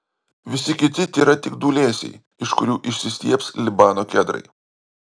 visi kiti tėra tik dūlėsiai iš kurių išsistiebs libano kedrai